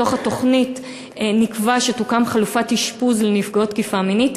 בתוך התוכנית נקבע שתוקם חלופת אשפוז לנפגעות תקיפה מינית,